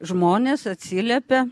žmonės atsiliepė